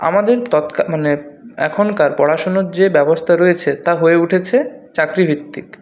আমাদের তৎকাল মানে এখনকার পড়াশোনার যে ব্যবস্থা রয়েছে তা হয়ে উঠেছে চাকরিভিত্তিক